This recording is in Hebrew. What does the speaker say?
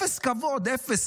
אפס כבוד, אפס.